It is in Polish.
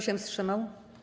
się wstrzymał?